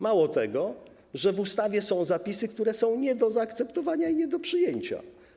Mało tego, w ustawie są zapisy, które są nie do zaakceptowania i nie do przyjęcia.